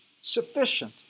sufficient